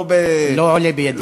לא עולה בידי.